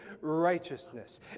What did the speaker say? righteousness